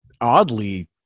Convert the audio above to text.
oddly